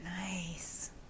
Nice